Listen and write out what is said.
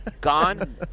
Gone